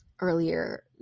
earlier